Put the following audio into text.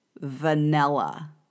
vanilla